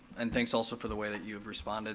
and thanks also for the way that you've responded